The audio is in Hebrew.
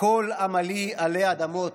כל עמלי עלי האדמות?"